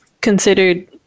considered